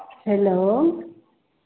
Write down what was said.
hello